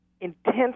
intense